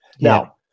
Now